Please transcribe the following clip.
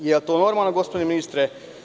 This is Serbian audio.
Da li je to normalno, gospodine ministre?